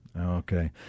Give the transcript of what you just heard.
Okay